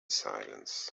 silence